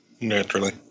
Naturally